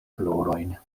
florojn